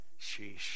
Sheesh